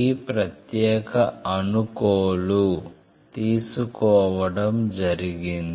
ఈ ప్రత్యేక అనుకోలు తీసుకోవడం జరిగింది